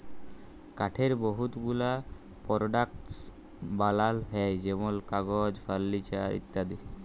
কাঠের বহুত গুলা পরডাক্টস বালাল হ্যয় যেমল কাগজ, ফারলিচার ইত্যাদি